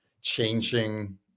changing